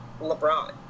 LeBron